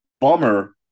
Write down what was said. Bummer